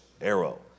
arrow